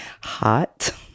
Hot